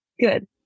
good